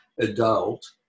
adult